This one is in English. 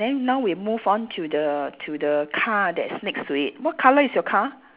then now we move on to the to the car that's next to it what colour is your car